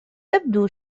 تبدو